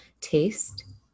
taste